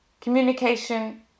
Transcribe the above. Communication